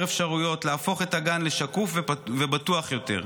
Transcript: אפשרויות להפוך את הגן לשקוף ובטוח יותר.